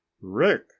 Rick